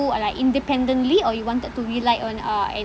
uh like independently or you wanted to rely on uh